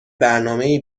برنامهای